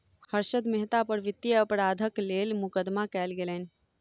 हर्षद मेहता पर वित्तीय अपराधक लेल मुकदमा कयल गेलैन